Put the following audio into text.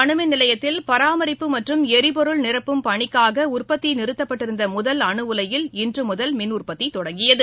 அணுமின் நிலையத்தில் பராமரிப்பு மற்றும் எரிபொருள் கூடங்குளம் நிரப்பும் பணிக்காகநிறுத்தப்பட்டிருந்தமுதல் அனுஉலையில் இன்றுமுதல் மின்உற்பத்திதொடங்கியது